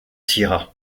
sierra